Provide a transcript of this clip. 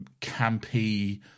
campy